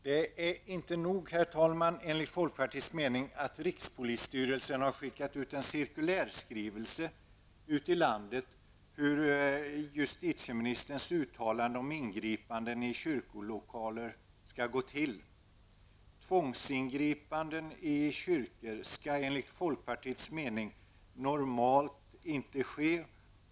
Det är enligt folkpartiets mening inte nog att rikspolisstyrelsen har skickat ut en cirkulärskrivelse i landet rörande justitieministerns uttalande om hur ingripanden i kyrkolokaler skall gå till. Tvångsingripanden i kyrkor skall enligt folkpartiets mening normalt inte ske.